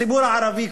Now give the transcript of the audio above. הציבור הערבי,